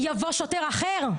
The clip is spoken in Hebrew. יבוא שוטר אחר.